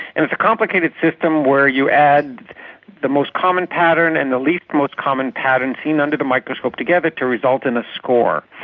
and it's a complicated system where you add the most common pattern and the least most common pattern seen under the microscope together to result in a score.